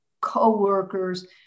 co-workers